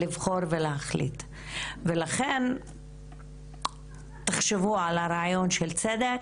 לבחור ולהחליט ולכן תחשבו על הרעיון של צדק,